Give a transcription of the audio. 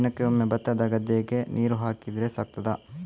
ದಿನಕ್ಕೆ ಒಮ್ಮೆ ಭತ್ತದ ಗದ್ದೆಗೆ ನೀರು ಹಾಕಿದ್ರೆ ಸಾಕಾಗ್ತದ?